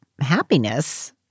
happiness